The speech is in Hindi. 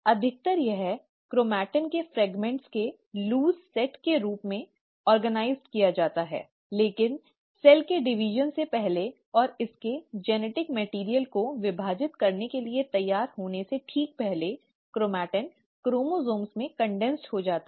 अधिकतर यह क्रोमेटिन के टुकड़ों के एक ढीले सेट के रूप में आयोजित किया जाता है लेकिन कोशिका के विभाजन से पहले और इसके आनुवंशिक पदार्थ को विभाजित करने के लिए तैयार होने से ठीक पहले क्रोमेटिन क्रोमोसोम में संघनित हो जाता है